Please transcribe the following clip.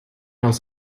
aus